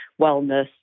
wellness